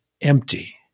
empty